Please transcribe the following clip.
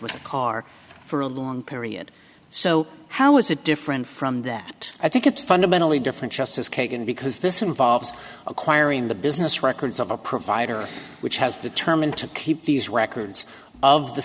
was a car for a long period so how is it different from that i think it's fundamentally different justice kagan because this involves acquiring the business records of a provider which has determined to keep these records of the